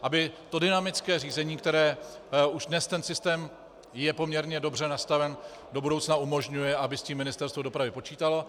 Aby to dynamické řízení, které... už dnes ten systém je poměrně dobře nastaven, do budoucna umožňuje, aby s tím Ministerstvo dopravy počítalo.